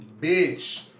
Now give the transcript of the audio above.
bitch